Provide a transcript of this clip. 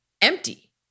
empty